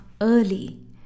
early